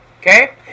Okay